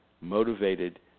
motivated